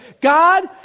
God